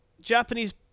Japanese